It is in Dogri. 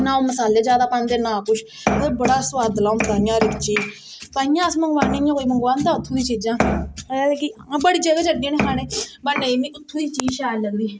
नां ओह् मसाले ज्यादा पांदे ना किश ओह् बड़ा स्बादला होंदा हर चीज तेइये अस मंगवा इयां कोई मंगबादा उत्थूं दी चीजां बड़ी जगह जन्ने होन्ने खाने गी पर नेई उत्थु दी चीज शेल लगदी